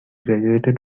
graduated